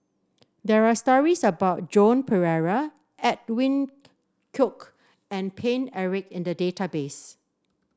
there are stories about Joan Pereira Edwin Koek and Paine Eric in the database